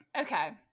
Okay